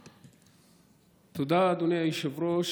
תודה, אדוני היושב-ראש.